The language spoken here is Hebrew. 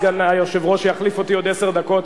סגן היושב-ראש שיחליף אותי עוד עשר דקות,